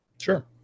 Sure